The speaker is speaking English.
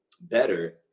better